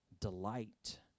delight